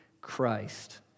Christ